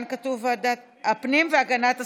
הפנים והגנת הסביבה.